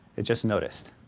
it just noticed.